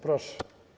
Proszę.